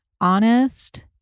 honest